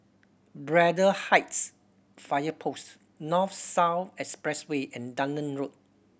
Braddell Heights Fire Post North South Expressway and Dunearn Road